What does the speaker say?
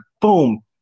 boom